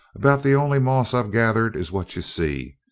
about the only moss i've gathered is what you see.